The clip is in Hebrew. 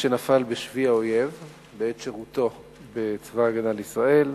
שנפל בשבי האויב בעת שירותו בצבא-הגנה לישראל,